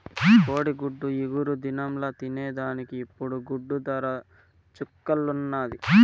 కోడిగుడ్డు ఇగురు దినంల తినేదానికి ఇప్పుడు గుడ్డు దర చుక్కల్లున్నాది